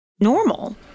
normal